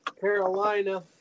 Carolina